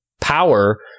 Power